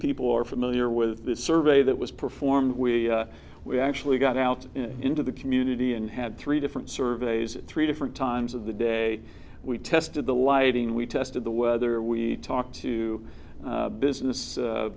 people are familiar with the survey that was performed we we actually got out into the community and had three different surveys three different times of the day we tested the lighting we tested the weather we talked to business